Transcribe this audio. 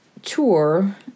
tour